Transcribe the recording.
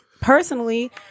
personally